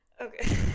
Okay